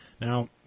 Now